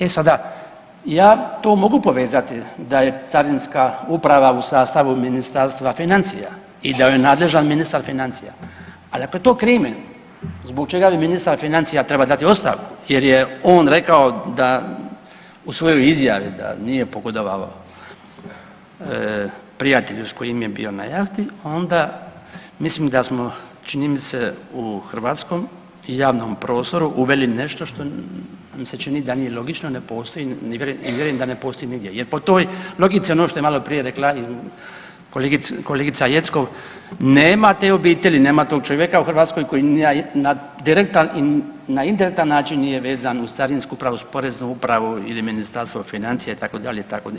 E sada, ja to mogu to povezati da je Carinska uprava u sastavu Ministarstva financija i da joj je nadležan ministar financija, ali ako je to krimen zbog čega bi ministar financija trebao dati ostavku jer je on rekao u svojoj izjavi da nije pogodovao prijatelju s kojim je bio na jahti onda mislim da smo čini mi se u hrvatskom javnom prostoru uveli nešto što mi se čini da nije logični, ne postoji, ne vjerujem da ne postoji nigdje jer po toj logici ono što je maloprije rekla i kolegica Jeckov, tema te obitelji, nema tog čovjeka u Hrvatskoj koji na direktan i na indirektan način nije vezan uz carinsku, poreznu upravu ili Ministarstvo financija itd., itd.